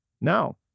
Now